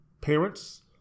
parents